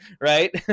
right